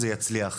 זה יצליח,